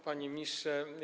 Panie Ministrze!